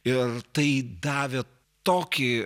ir tai davė tokį